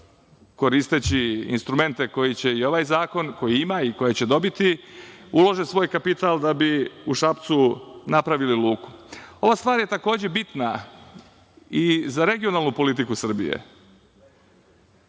koristeći instrumente koje ovaj zakon koje ima i koje će dobiti, ulože svoj kapital da bi u Šapcu napravili luku. Ova stvar je takođe bitna i za regionalnu politiku Srbije.